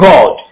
God